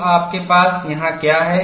तो आपके पास यहाँ क्या है